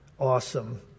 awesome